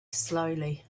slowly